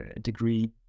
degree